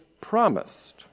promised